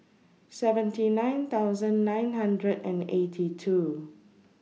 seventy nine thousand nine hundred and eighty two